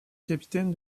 capitaine